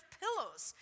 pillows